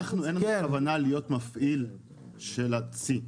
אין לנו כוונה להיות מפעיל של הצי.